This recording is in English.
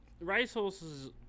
racehorses